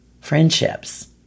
friendships